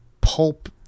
pulp